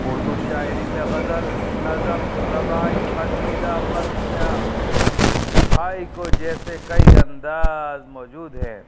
اردو شاعری میں غزل نظم ربائی قصیدہ مرثیہ ہائکو جیسے کئی انداز موجود ہیں